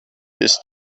ist